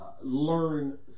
learn